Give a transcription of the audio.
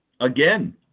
Again